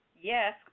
Yes